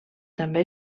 també